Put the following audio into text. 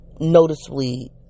noticeably